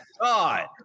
God